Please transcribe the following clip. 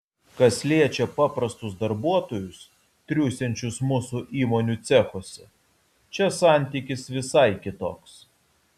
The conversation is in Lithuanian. kas liečia paprastus darbuotojus triūsiančius mūsų įmonių cechuose čia santykis visai kitoks